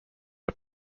are